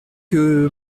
que